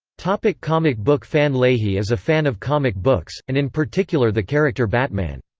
comic comic book fan leahy is a fan of comic books, and in particular the character batman.